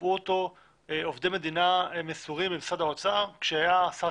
קבעו אותו עובדי מדינה מסורים במשרד האוצר כשהיה השר